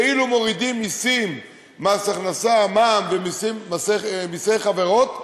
כאילו מורידים מסים, מס הכנסה, מע"מ ומסי חברות,